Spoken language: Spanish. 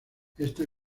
esta